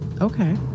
okay